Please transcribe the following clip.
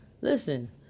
Listen